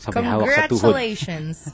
Congratulations